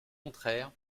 contraire